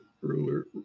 ruler